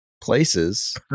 places